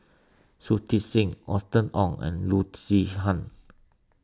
Shui Tit Sing Austen Ong and Loo Zihan